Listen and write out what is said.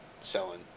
selling